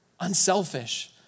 Unselfish